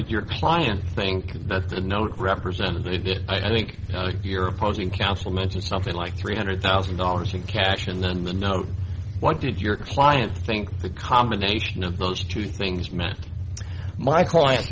did your client think that the note represented it i think your opposing counsel mentioned something like three hundred thousand dollars in cash and then it was no what did your client think the combination of those two things meant my client